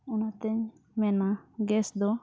ᱚᱱᱟᱛᱮᱧ ᱢᱮᱱᱟ ᱫᱚ